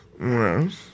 Yes